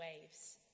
waves